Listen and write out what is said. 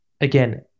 again